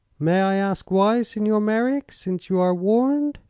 may i ask why, signor merreek since you are warned?